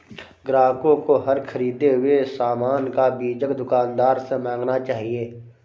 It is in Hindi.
ग्राहकों को हर ख़रीदे हुए सामान का बीजक दुकानदार से मांगना चाहिए